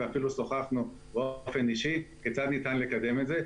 ואפילו שוחחנו באופן אישי כיצד ניתן לקדם את זה.